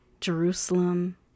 Jerusalem